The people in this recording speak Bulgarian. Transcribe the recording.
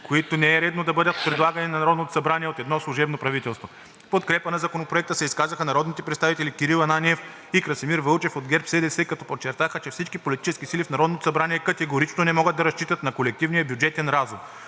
което не е редно да бъдат предлагани на Народното събрание от едно служебно правителство. В подкрепа на Законопроекта се изказаха народните представители Кирил Ананиев и Красимир Вълчев от ГЕРБ-СДС, като подчертаха, че всички политически сили в Народното събрание категорично не могат да разчитат на колективния бюджетен разум.